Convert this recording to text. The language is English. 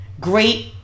Great